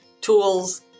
tools